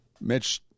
Mitch